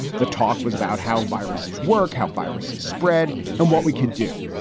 the talk was about how viruses work, how viruses spread and what we could do.